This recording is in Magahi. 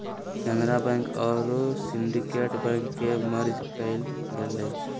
केनरा बैंक आरो सिंडिकेट बैंक के मर्ज कइल गेलय